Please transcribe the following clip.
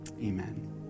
Amen